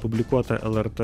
publikuotą lrt